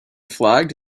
flagged